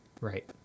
Right